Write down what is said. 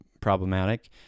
problematic